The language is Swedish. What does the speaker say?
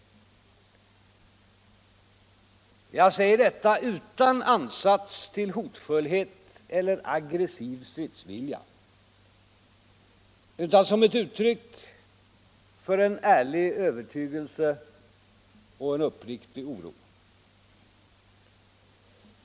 Jag säger detta utan ansats till hotfullhet eller aggressiv stridsvilja utan som ett uttryck för en ärlig övertygelse och uppriktig oro.